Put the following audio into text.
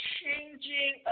changing